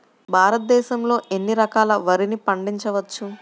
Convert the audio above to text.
భారతదేశంలో ఎన్ని రకాల వరిని పండించవచ్చు